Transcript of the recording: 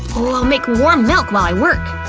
i'll make warm milk while i work!